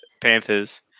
Panthers